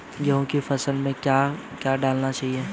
गेहूँ की फसल में क्या क्या डालना चाहिए?